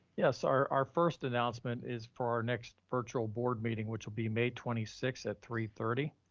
yes. our our first announcement is for our next virtual board meeting, which will be may twenty six at three thirty.